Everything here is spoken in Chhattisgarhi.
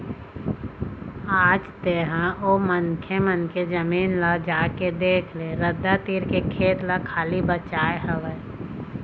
आज तेंहा ओ मनखे मन के जमीन ल जाके देख ले रद्दा तीर के खेत ल खाली बचाय हवय